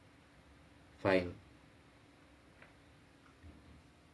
fine